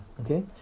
okay